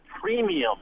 premium